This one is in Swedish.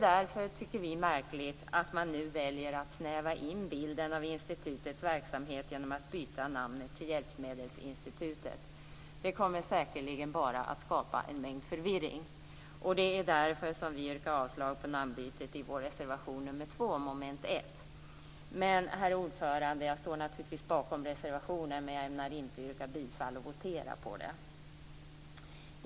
Därför tycker vi att det är märkligt att man nu väljer att snäva in bilden av institutets verksamhet genom att byta namn till Hjälpmedelsinstitutet. Det kommer säkerligen bara att skapa förvirring. Därför yrkar vi avslag på namnbytet i vår reservation nr 2 under mom. 1. Herr talman! Jag står naturligtvis bakom reservationen, men jag ämnar inte yrka bifall och votering på den.